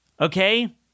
Okay